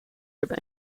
heb